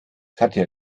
katja